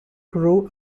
grew